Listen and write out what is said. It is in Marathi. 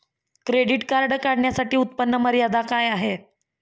क्रेडिट कार्ड काढण्यासाठी उत्पन्न मर्यादा काय आहे?